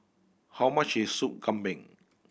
how much is Sup Kambing